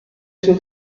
sus